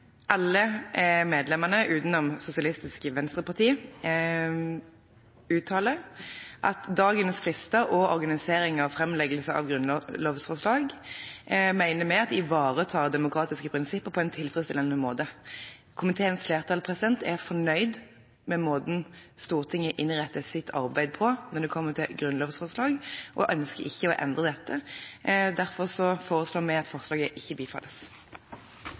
Alle medlemmene, unntatt medlemmet fra Sosialistisk Venstreparti, uttaler at dagens frister og organisering av framleggelse av grunnlovsforslag ivaretar demokratiske prinsipper på en tilfredsstillende måte. Komiteens flertall er fornøyd med måten Stortinget innretter sitt arbeid på når det gjelder grunnlovsforslag, og ønsker ikke å endre dette. Derfor foreslår vi at forslaget ikke bifalles.